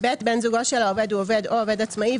בן זוגו של העובד הוא עובד או עובד עצמאי,